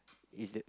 is that